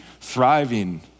thriving